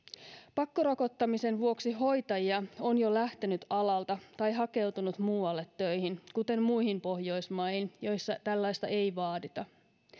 pakkorokottamisen vuoksi hoitajia on jo lähtenyt alalta tai hakeutunut muualle töihin kuten muihin pohjoismaihin joissa tällaista ei vaadita